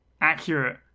accurate